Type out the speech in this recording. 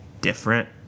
different